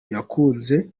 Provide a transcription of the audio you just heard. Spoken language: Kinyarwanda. yakunze